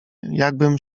jakbym